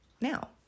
now